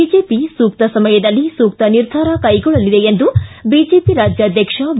BJP ಸೂಕ್ತ ಸಮಯದಲ್ಲಿ ಸೂಕ್ತ ನಿರ್ಧಾರ ಕೈಗೊಳ್ಳಲಿದೆ ಎಂದು ಬಿಜೆಪಿ ರಾಜ್ಯಾಧ್ಯಕ್ಷ ಬಿ